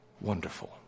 wonderful